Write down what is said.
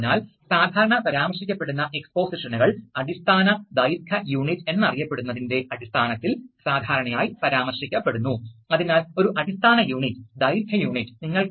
അതിനാൽ സാധാരണയായി ഒരാൾക്ക് റിലേകളോ പവർ ആംപ്ലിഫയറുകളോ ഉപയോഗിക്കാം അതിനാൽ ഒടുവിൽ കറന്റ് ഈ ആകർഷണ തത്ത്വം ഉപയോഗിച്ച് പ്രവർത്തിപ്പിക്കുമ്പോൾ